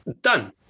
Done